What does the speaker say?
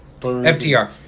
FTR